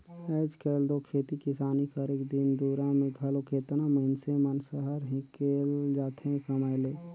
आएज काएल दो खेती किसानी करेक दिन दुरा में घलो केतना मइनसे मन सहर हिंकेल जाथें कमाए ले